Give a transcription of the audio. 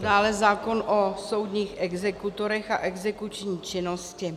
Dále zákon o soudních exekutorech a exekuční činnosti.